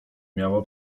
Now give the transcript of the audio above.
miała